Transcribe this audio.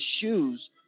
shoes